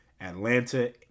Atlanta